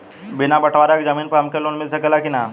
बिना बटवारा के जमीन पर हमके लोन मिल सकेला की ना?